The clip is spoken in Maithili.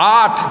आठ